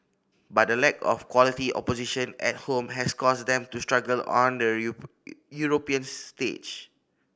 but the lack of quality opposition at home has caused them to struggle on the European stage